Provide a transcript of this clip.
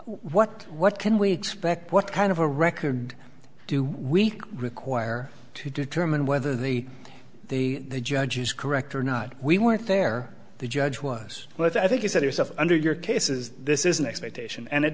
what what can we expect what kind of a record do we require to determine whether the the judge is correct or not we weren't there the judge was but i think you said yourself under your cases this is an expectation and it